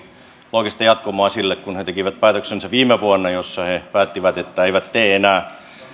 loogista jatkumoa sille kun he tekivät viime vuonna päätöksensä jossa he päättivät että eivät tee enää